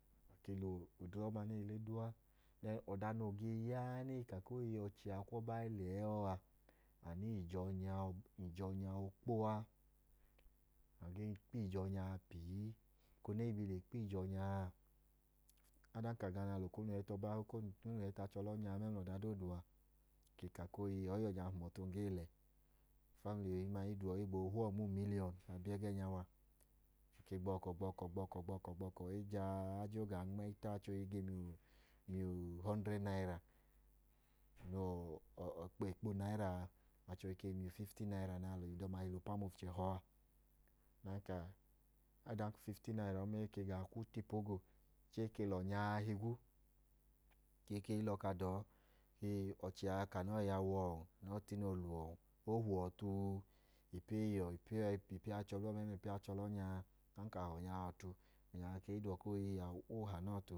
A ke le odre ọma ne i le duu a. Ọda hoo ge ya ẹẹ nẹ e ge ka ku ọchẹ a kwu ọba i lẹ ẹẹ a, anu wẹ ije ọnya, ije ọnya ookpo a. Agee kpo ije ọnya a pi i. Eko ne i bi le kpo ije ọnya a, ọdanka ga lẹ okonu hẹ tu a, ọba, lẹ okonu hẹ tu achẹ ọlẹ ọnya a mla achẹ doodu a, a ke ka ku oo ii, o̱yi uwọ nya hum ọtu ng gee lẹ. Ufamili ohin ma, e du uwọ, e gboo hẹ uwọ nma umiliyọn. Biẹẹnya wa, a ke gbọkọ, gbọkọ, gbọkọ, gbọkọ jaa, a jen o gaa nmẹyi ta. Achẹ ohi gee miyẹ hundrẹd naira, noo wẹ ekpa unaira a. Achẹ ohi ke i miyẹ ufifti naira nẹ alọ noo wẹ idọma g hi le ọpanu ofu-chẹhọ a. Adanka ufifti naira ọma e gaa kwu ta ipu ogo, chẹẹ e ke lẹ ọnya a higwu ku e ke i le ọka da gbọkọ ọche a ka an gbọkọ yiyawu ọọ tine oole uwọn. O he uwọ ota? Ipeyi uwọ mẹmla ipeyi achẹ ọlẹ ọnya a, ọnya a ke i da uwọ ka ọọ he anọọ ọtu.